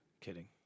Kidding